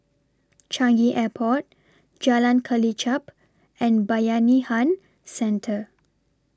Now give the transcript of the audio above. Changi Airport Jalan Kelichap and Bayanihan Centre